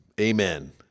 Amen